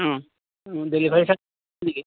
অঁ delivery charge আছে নেকি